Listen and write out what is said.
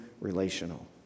relational